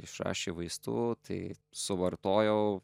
išrašė vaistų tai suvartojau